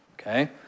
okay